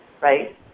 right